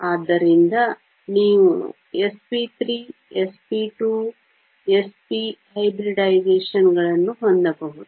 ಆದ್ದರಿಂದ ನೀವು sp3 sp2 s p ಮಿಶ್ರತಳಿಗಳನ್ನು ಹೊಂದಬಹುದು